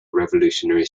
revolutionary